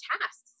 tasks